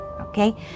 okay